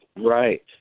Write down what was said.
Right